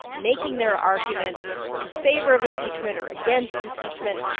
making their arguments in favor of impeachment or against impeachment.